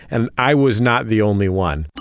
and i was not the only one